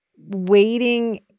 waiting